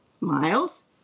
Miles